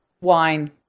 Wine